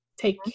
take